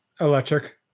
Electric